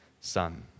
son